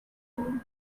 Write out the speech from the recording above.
you